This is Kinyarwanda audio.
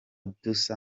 dusa